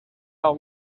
how